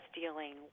dealing